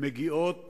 מגיעות